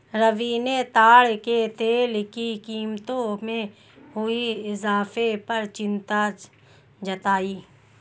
रवि ने ताड़ के तेल की कीमतों में हुए इजाफे पर चिंता जताई